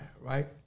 right